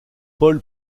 paul